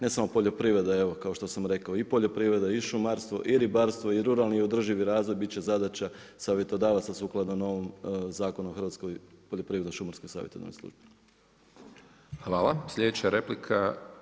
Ne samo poljoprivreda evo kao što sam rekao i poljoprivreda i šumarstvo i ribarstvo i ruralni i održivi razvoj bit će zadaća savjetodavaca sukladno novom Zakonu o Hrvatskoj poljoprivredno-šumarsko savjetodavnoj službi.